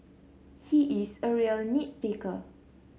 he is a real nit picker